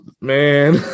man